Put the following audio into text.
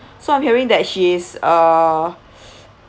so I'm hearing that she is uh